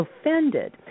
offended